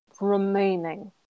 remaining